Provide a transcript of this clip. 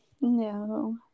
No